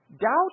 doubt